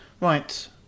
Right